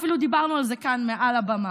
אפילו דיברנו על זה כאן מעל הבמה.